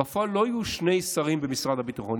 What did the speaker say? בפועל לא יהיו שני שרים במשרד הביטחון,